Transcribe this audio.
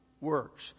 works